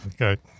Okay